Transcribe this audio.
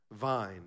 vine